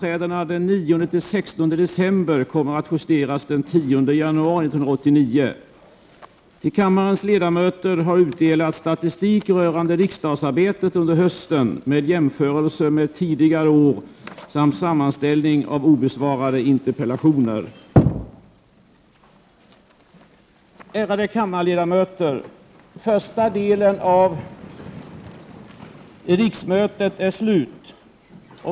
Ärade kammarledamöter! Första delen av riksmötet är slut.